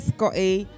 Scotty